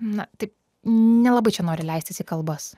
na tai nelabai čia nori leistis į kalbas